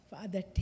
Father